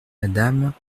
madame